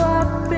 up